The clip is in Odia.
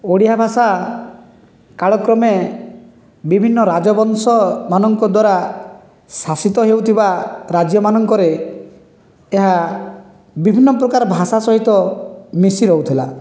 ଓଡ଼ିଆ ଭାଷା କାଳକ୍ରମେ ବିଭିନ୍ନ ରାଜବଂଶମାନଙ୍କ ଦ୍ୱାରା ଶାସିତ ହେଉଥିବା ରାଜ୍ୟମାନଙ୍କରେ ଏହା ବିଭିନ୍ନ ପ୍ରକାର ଭାଷା ସହିତ ମିଶି ରହୁଥିଲା